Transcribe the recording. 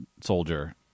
soldier